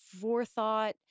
forethought